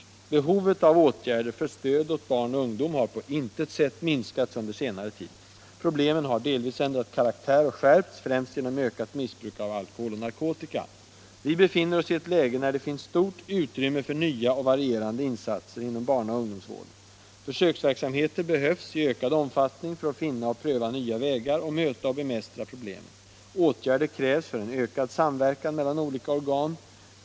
Omdisponering av Behovet av åtgärder för stöd åt barn och ungdom har på intet sätt minskats — allmänna barnhuunder senare tid. Problemen har delvis ändrat karaktär och skärpts främst — sets tillgdngar genom ökat missbruk av alkohol och narkotika. Vi befinner oss i ett läge, då det finns stort utrymme för nya och varierande insatser inom barna och ungdomsvården. Försöksverksamheter behövs i ökad omfattning för att finna och pröva nya vägar att möta och bemästra problemen. Åtgärder krävs för en ökad samverkan mellan olika organ.